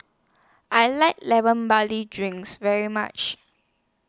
I like Lemon Barley Drinks very much